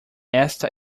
esta